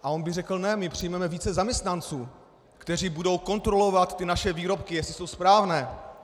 A on by řekl ne, my přijmeme více zaměstnanců, kteří budou kontrolovat ty naše výrobky, jestli jsou správné.